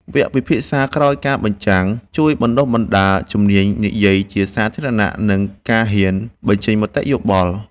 វគ្គពិភាក្សាក្រោយការបញ្ចាំង ជួយបណ្ដុះបណ្ដាលជំនាញនិយាយជាសាធារណៈ និងការហ៊ានបញ្ចេញមតិយោបល់។